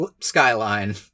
skyline